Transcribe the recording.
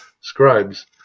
scribes